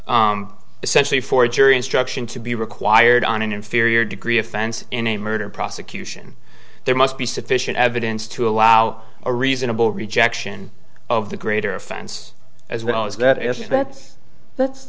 essentially for jury instruction to be required on an inferior degree offense in a murder prosecution there must be sufficient evidence to allow a reasonable rejection of the greater offense as well as that as if that's that's